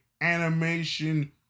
animation